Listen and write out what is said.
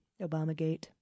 Obamagate